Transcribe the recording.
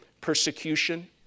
persecution